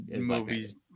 movies